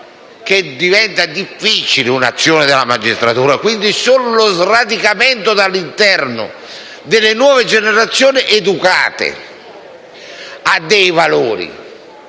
che diventa difficile un'azione della magistratura. Quindi, è necessario lo sradicamento dall'interno delle nuove generazioni, educate a dei valori